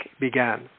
began